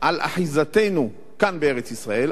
על אחיזתנו כאן בארץ-ישראל,